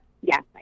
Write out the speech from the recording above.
Yes